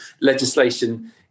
legislation